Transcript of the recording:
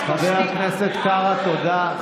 חבר הכנסת קארה, תודה.